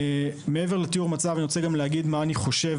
מעבר לתיאור המצב אגיד מה אני חושב,